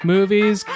Movies